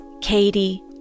Katie